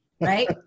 right